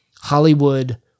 Hollywood